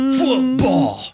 football